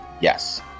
yes